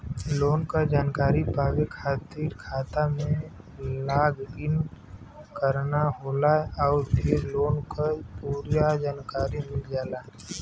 loan क जानकारी पावे खातिर खाता में लॉग इन करना होला आउर फिर लोन क पूरा जानकारी मिल जाला